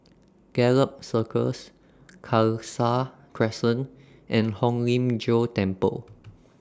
Gallop Circus Khalsa Crescent and Hong Lim Jiong Temple